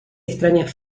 extrañas